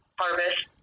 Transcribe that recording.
harvest